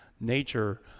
Nature